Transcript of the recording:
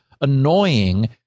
annoying